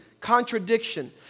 contradiction